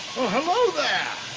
oh, hello there.